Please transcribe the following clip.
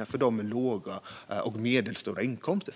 allt för dem med låga och medelhöga inkomster.